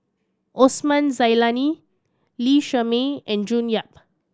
Osman Zailani Lee Shermay and June Yap